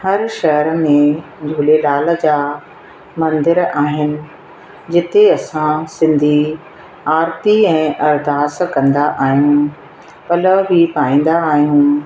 हर शहर में झूलेलाल जा मंदर आहिनि जिते असां सिंधी आरती ऐं अरदास कंदा आहियूं पलउ बि पाईंदा आहियूं